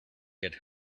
get